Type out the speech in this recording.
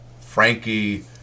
Frankie